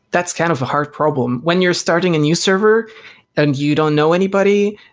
that's kind of a hard problem. when you're starting a new server and you don't know anybody,